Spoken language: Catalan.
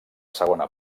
segona